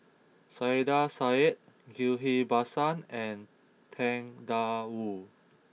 Saiedah Said Ghillie Basan and Tang Da Wu